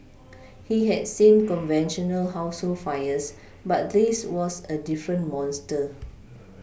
he had seen conventional household fires but this was a different monster